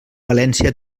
valència